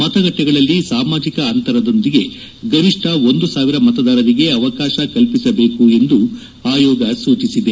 ಮತಗಟ್ಟಿಗಳಲ್ಲಿ ಸಾಮಾಜಿಕ ಅಂತರದೊಂದಿಗೆ ಗರಿಷ್ಠ ಒಂದು ಸಾವಿರ ಮತದಾರರಿಗೆ ಅವಕಾಶ ಕಲ್ಪಿಸಬೇಕು ಎಂದು ಆಯೋಗ ಸೂಚಿಸಿದೆ